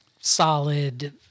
solid